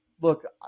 look